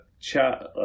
chat